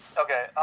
Okay